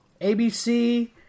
ABC